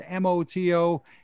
MOTO